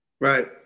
Right